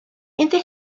entra